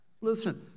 Listen